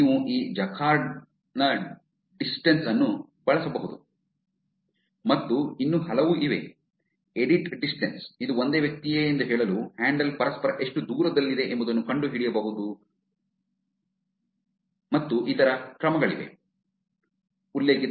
ನೀವು ಈ ಜಕಾರ್ಡ್ನ ಡಿಸ್ಟೆನ್ಸ್ Jacqard's distance ಅನ್ನು ಬಳಸಬಹುದು ಮತ್ತು ಇನ್ನೂ ಹಲವು ಇವೆ ಎಡಿಟ್ ಡಿಸ್ಟೆನ್ಸ್ ಇದು ಒಂದೇ ವ್ಯಕ್ತಿಯೇ ಎಂದು ಹೇಳಲು ಹ್ಯಾಂಡಲ್ ಪರಸ್ಪರ ಎಷ್ಟು ದೂರದಲ್ಲಿದೆ ಎಂಬುದನ್ನು ನೀವು ಕಂಡುಹಿಡಿಯಬಹುದಾದ ಹಲವು ಇತರ ಕ್ರಮಗಳಿವೆ